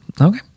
Okay